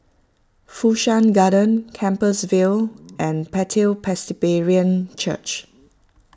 Fu Shan Garden Compassvale and Bethel Presbyterian Church